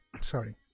sorry